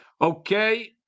Okay